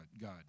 God